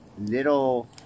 little